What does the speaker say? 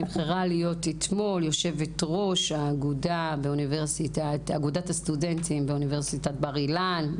שנבחרה אתמול להיות יושבת-ראש אגודת הסטודנטים באוניברסיטת בר-אילן.